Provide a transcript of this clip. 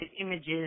images